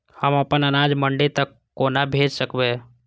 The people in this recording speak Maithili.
हम अपन अनाज मंडी तक कोना भेज सकबै?